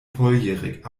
volljährig